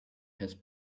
has